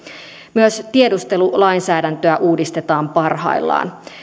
myös tiedustelulainsäädäntöä uudistetaan parhaillaan